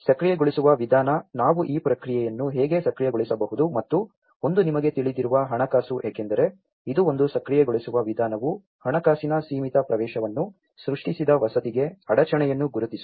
ಸಕ್ರಿಯಗೊಳಿಸುವ ವಿಧಾನ ನಾವು ಈ ಪ್ರಕ್ರಿಯೆಯನ್ನು ಹೇಗೆ ಸಕ್ರಿಯಗೊಳಿಸಬಹುದು ಮತ್ತು ಒಂದು ನಿಮಗೆ ತಿಳಿದಿರುವ ಹಣಕಾಸು ಏಕೆಂದರೆ ಇದು ಒಂದು ಸಕ್ರಿಯಗೊಳಿಸುವ ವಿಧಾನವು ಹಣಕಾಸಿನ ಸೀಮಿತ ಪ್ರವೇಶವನ್ನು ಸೃಷ್ಟಿಸಿದ ವಸತಿಗೆ ಅಡಚಣೆಯನ್ನು ಗುರುತಿಸುತ್ತದೆ